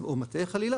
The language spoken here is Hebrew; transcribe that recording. או מטעה, חלילה